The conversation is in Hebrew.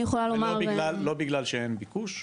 לא בגלל שאין ביקוש,